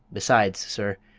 besides, sir,